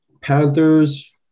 Panthers